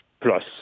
plus